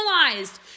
normalized